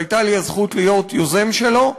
שהייתה לי הזכות להיות יוזם שלו,